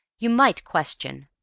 you might question,